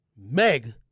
Meg